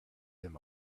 him